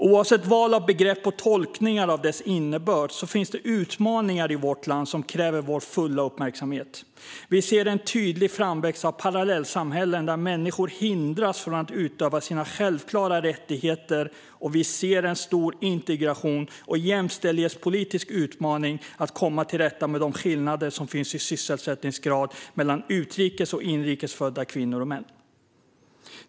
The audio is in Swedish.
Oavsett val av begrepp och tolkningar av deras innebörd finns det utmaningar i vårt land som kräver vår fulla uppmärksamhet. Vi ser en tydlig framväxt av parallellsamhällen där människor hindras från att utöva sina självklara rättigheter, och vi ser en stor integrations och jämställdhetspolitisk utmaning med att komma till rätta med de skillnader som finns i sysselsättningsgrad mellan utrikes och inrikes födda kvinnor och män.